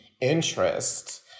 interest